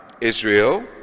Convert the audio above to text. Israel